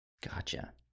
gotcha